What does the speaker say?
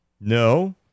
no